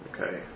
Okay